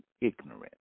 ignorant